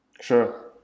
Sure